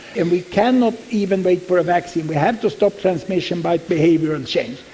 and we cannot even wait for a vaccine, we have to stop transmission by behavioural change.